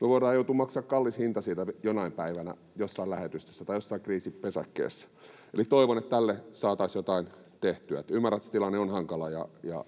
me voidaan joutua maksamaan kallis hinta siitä jonain päivänä jossain lähetystössä tai jossain kriisipesäkkeessä. Toivon, että tälle saataisiin jotain tehtyä. Ymmärrän, että se tilanne on hankala ja